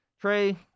Trey